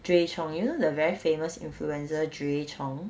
drea chong you know the very famous influencer drea chong